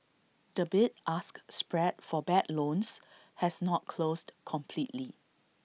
the bid ask spread for bad loans has not closed completely